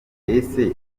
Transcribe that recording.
ese